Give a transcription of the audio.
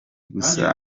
gusa